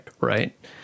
right